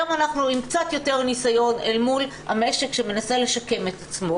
היום אנחנו עם קצת יותר ניסיון אל מול המשק שמנסה לשקם את עצמו